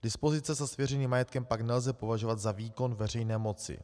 Dispozice se svěřeným majetkem pak nelze považovat za výkon veřejné moci.